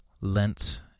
Lent